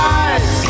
eyes